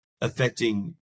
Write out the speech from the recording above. affecting